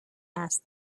asked